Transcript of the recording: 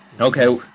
okay